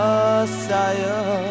Messiah